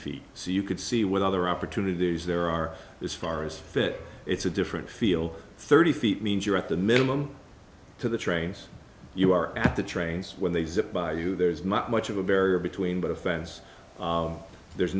feet so you could see what other opportunities there are as far as fit it's a different feel thirty feet means you're at the minimum to the trains you are at the trains when they sit by you there's not much of a barrier between but a fence there's